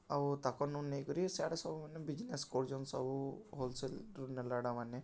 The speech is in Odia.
ଆଉ ତାକଁର୍ନୁ ନେଇକରି ଆଉ ସେଆଡ଼େ ସବୁ ମାନେ ବିଜ୍ନେସ୍ କରୁଛନ୍ ସବୁ ହୋଲ୍ସେଲ୍ରୁ ନେଲା'ଟା ମାନେ